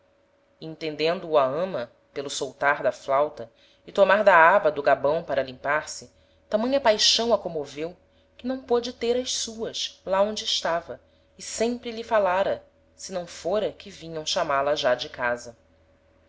entendendo o a ama pelo soltar da flauta e tomar da aba do gabão para limpar se tamanha paixão a comoveu que não pôde ter as suas lá onde estava e sempre lhe falara se não fôra que vinham chamá-la já de casa